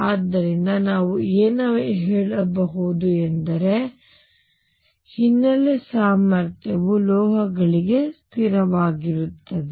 ಆದ್ದರಿಂದ ನಾವು ಏನು ಹೇಳಬಹುದು ಎಂದರೆ ಹಿನ್ನೆಲೆ ಸಾಮರ್ಥ್ಯವು ಲೋಹಗಳಿಗೆ ಸ್ಥಿರವಾಗಿರುತ್ತದೆ